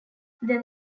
then